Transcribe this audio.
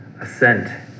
ascent